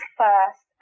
first